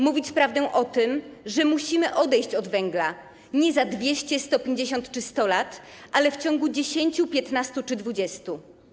Mówić prawdę o tym, że musimy odejść od węgla nie za 200, 150 czy 100 lat, ale w ciągu 10, 15 czy 20.